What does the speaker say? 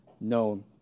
known